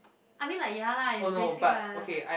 I mean like ya lah is basic lah uh